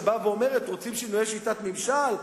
שאומרת: רוצים שינויי שיטת ממשל?